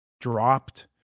dropped